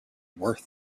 worth